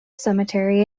cemetery